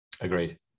agreed